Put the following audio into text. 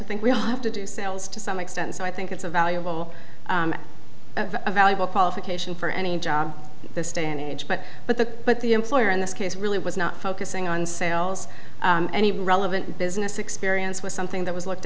to think we don't have to do sales to some extent so i think it's a valuable valuable qualification for any job this day and age but but the but the employer in this case really was not focusing on sales any relevant business experience was something that was looked